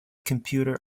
computer